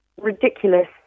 ridiculous